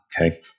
Okay